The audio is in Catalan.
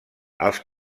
els